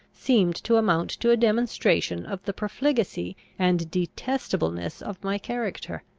seemed to amount to a demonstration of the profligacy and detestableness of my character.